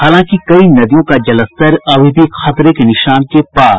हालांकि कई नदियों का जलस्तर अभी भी खतरे के निशान के पार